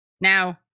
Now